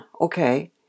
Okay